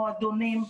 מועדונים,